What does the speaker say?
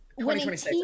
2026